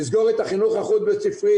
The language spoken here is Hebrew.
לסגור את החינוך החוץ בית-ספרי.